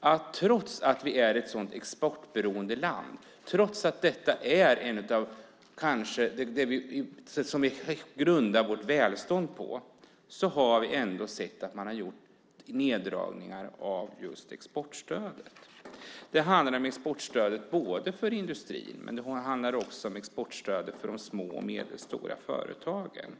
att trots att vi är ett sådant exportberoende land, trots att det är det som vi grundar vårt välstånd på har vi sett att man har gjort neddragningar av just exportstödet. Det handlar om exportstödet både för industrin och för de små och medelstora företagen.